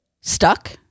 stuck